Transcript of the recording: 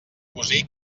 cosí